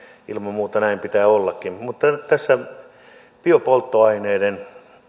ilman muuta näin pitää ollakin mutta biopolttoaineiden